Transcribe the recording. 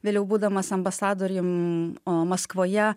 vėliau būdamas ambasadorium o maskvoje